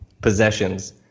possessions